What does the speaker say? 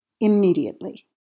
immediately